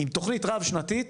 עם תוכנית רב שנתית